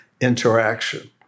interaction